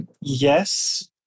Yes